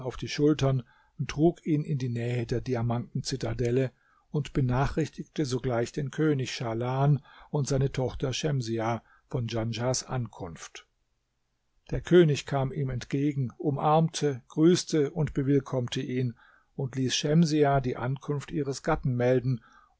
auf die schultern und trug ihn in die nähe der diamanten zitadelle und benachrichtigte sogleich den könig schahlan und seine tochter schemsiah von djanschahs ankunft der könig kam ihm entgegen umarmte grüßte und bewillkommte ihn und ließ schemsiah die ankunft ihres gatten melden